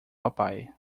papai